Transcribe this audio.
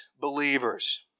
believers